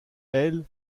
elle